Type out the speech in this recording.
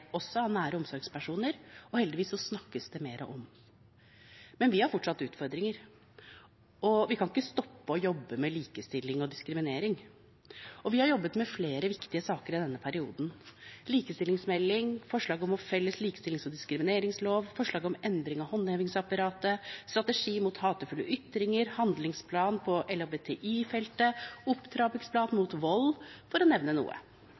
også av nære omsorgspersoner, og heldigvis snakkes det mer om det. Men vi har fortsatt utfordringer, og vi kan ikke slutte å jobbe med likestilling og diskriminering. Vi har jobbet med flere viktige saker i denne perioden – likestillingsmelding, forslag om felles likestillings- og diskrimineringslov, forslag om endring av håndhevingsapparatet, strategi mot hatefulle ytringer, handlingsplan på LHBTI-feltet, opptrappingsplan mot vold, for å nevne